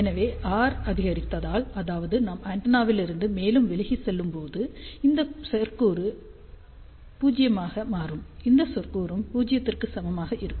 எனவே r அதிகரித்தால் அதாவது நாம் ஆண்டெனாவிலிருந்து மேலும் விலகிச் செல்லும்போது இந்த சொற்கூறு 0 ஆக மாறும் இந்தச் சொற்கூறும் 0 க்கு சமமாக இருக்கும்